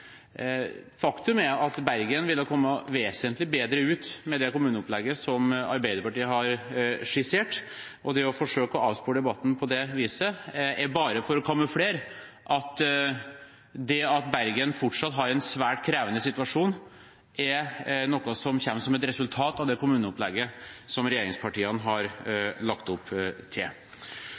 Faktum er at Bergen ville ha kommet vesentlig bedre ut med det kommuneopplegget som Arbeiderpartiet har skissert. Det å forsøke å avspore debatten på det viset er bare for å kamuflere at det at Bergen fortsatt har en svært krevende situasjon, er noe som kommer som et resultat av det kommuneopplegget regjeringspartiene har lagt opp til.